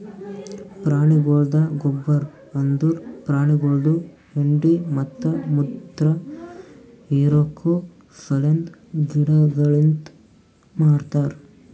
ಪ್ರಾಣಿಗೊಳ್ದ ಗೊಬ್ಬರ್ ಅಂದುರ್ ಪ್ರಾಣಿಗೊಳ್ದು ಹೆಂಡಿ ಮತ್ತ ಮುತ್ರ ಹಿರಿಕೋ ಸಲೆಂದ್ ಗಿಡದಲಿಂತ್ ಮಾಡ್ತಾರ್